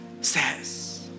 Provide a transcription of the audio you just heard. says